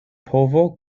povo